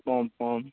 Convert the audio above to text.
pompom